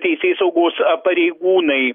teisėsaugos pareigūnai